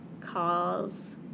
calls